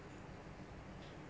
think I use like four years